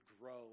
grow